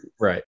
Right